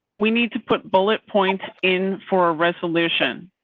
we need to put bullet points in for a resolution.